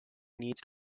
needs